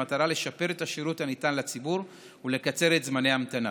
במטרה לשפר את השירות הניתן לציבור ולקצר את זמני ההמתנה.